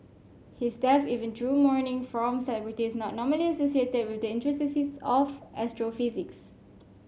his death even drew mourning from celebrities not normally associated with the intricacies of astrophysics